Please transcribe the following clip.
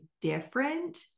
different